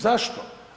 Zašto?